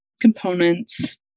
components